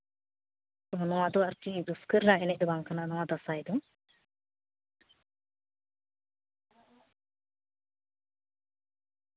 ᱱᱚᱣᱟ ᱫᱚ ᱟᱨᱠᱤ ᱨᱟᱹᱥᱠᱟᱹ ᱨᱮᱱᱟᱜ ᱮᱱᱮᱡ ᱫᱚ ᱵᱟᱝ ᱠᱟᱱᱟ ᱱᱚᱣᱟ ᱫᱟᱸᱥᱟᱭ ᱫᱚ